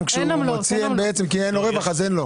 כי אין לו רווח.